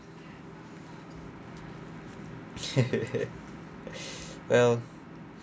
well